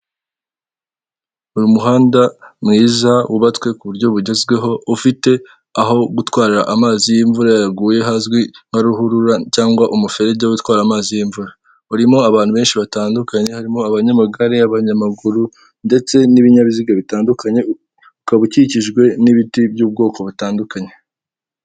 Abantu batatu barimo umugore umwe n'abagabo babiri barasuhuzanya bamwenyura begereye akazu kimukanwa ka sosiyete ikorera mu rwanda itanga serivisi z'itumanaho.